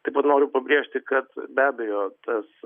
taip pat noriu pabrėžti kad be abejo tas